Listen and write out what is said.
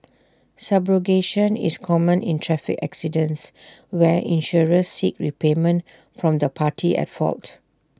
subrogation is common in traffic accidents where insurers seek repayment from the party at fault